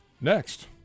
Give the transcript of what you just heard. Next